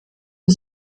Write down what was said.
für